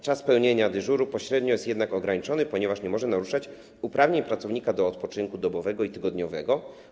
Czas pełnienia dyżuru pośrednio jest jednak ograniczony, ponieważ nie może naruszać uprawnień pracownika do odpoczynku dobowego i tygodniowego.